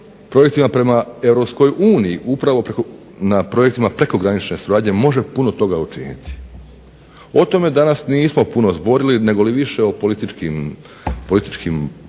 projektima prema Europskoj uniji, na projektima prekogranične suradnje može puno toga učiniti. O tome danas nismo puno zborili negoli više o političkim posljedicama,